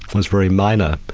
was very minor,